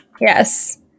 yes